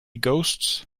ghosts